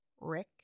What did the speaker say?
Rick